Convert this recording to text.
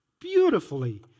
beautifully